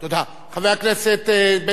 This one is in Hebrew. חבר הכנסת בן-סימון, בבקשה,